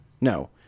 No